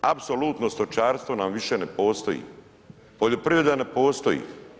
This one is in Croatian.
Apsolutno stočarstvo nam više ne postoji, poljoprivreda ne postoji.